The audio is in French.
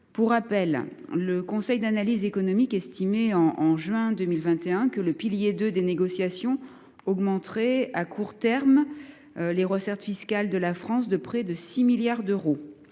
Pour rappel, le Conseil d’analyse économique estimait au mois de juin 2021 que le pilier 2 des négociations augmenterait à court terme les recettes fiscales de la France « de près de 6 milliards d’euros